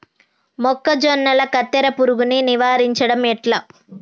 మొక్కజొన్నల కత్తెర పురుగుని నివారించడం ఎట్లా?